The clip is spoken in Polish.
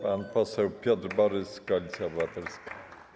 Pan poseł Piotr Borys, Koalicja Obywatelska.